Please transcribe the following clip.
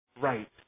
right